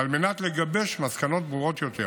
ועל מנת לגבש מסקנות ברורות יותר